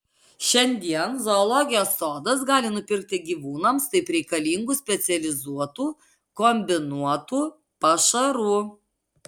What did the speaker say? šiandien zoologijos sodas gali nupirkti gyvūnams taip reikalingų specializuotų kombinuotų pašarų